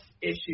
issue